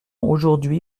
aujourd’hui